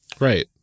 Right